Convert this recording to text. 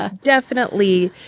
ah definitely.